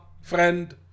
friend